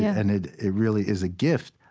yeah and it it really is a gift,